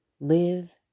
live